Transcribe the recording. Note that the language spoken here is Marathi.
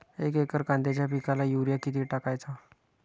एक एकर कांद्याच्या पिकाला युरिया किती टाकायचा?